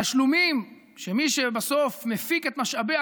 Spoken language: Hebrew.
והתשלומים שמי שבסוף מפיק את משאבי